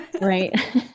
Right